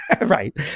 right